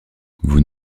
vous